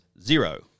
zero